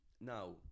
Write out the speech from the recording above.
Now